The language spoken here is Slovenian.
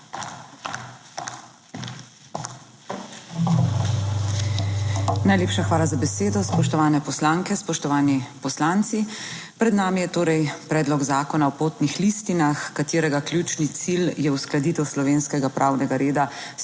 Najlepša hvala za besedo. Spoštovane poslanke, spoštovani poslanci! Pred nami je torej predlog zakona o potnih listinah, katerega ključni cilj je uskladitev slovenskega pravnega reda